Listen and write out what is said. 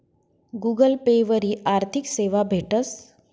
Google Pay वरी आर्थिक सेवा भेटस